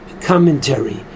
commentary